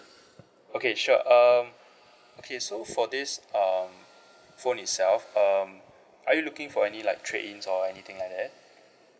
okay sure um okay so for this um phone itself um are you looking for any like trade-ins or anything like that